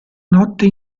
notte